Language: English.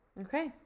Okay